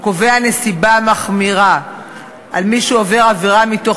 הקובע נסיבה מחמירה על מי שעובר עבירה מתוך